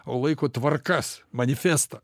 o laiko tvarkas manifestą